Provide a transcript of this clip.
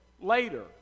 later